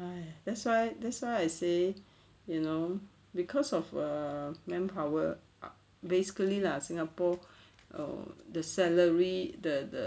!haiya! that's why that's why I say you know cause of err manpower ah basically lah Singapore oh the salary the the